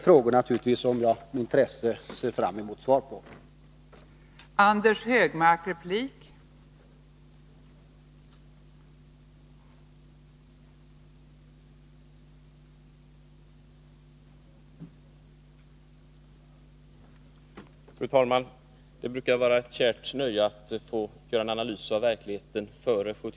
Jag ser med intresse fram mot svar på dessa frågor.